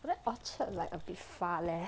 but like orchard like a bit far leh